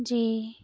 جی